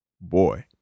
boy